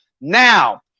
Now